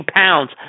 pounds